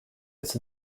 its